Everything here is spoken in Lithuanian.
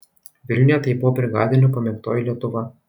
vilniuje tai buvo brigadinių pamėgtoji lietuva